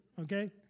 okay